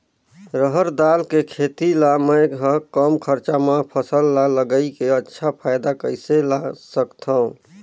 रहर दाल के खेती ला मै ह कम खरचा मा फसल ला लगई के अच्छा फायदा कइसे ला सकथव?